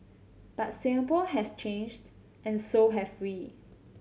but Singapore has changed and so have we